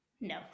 no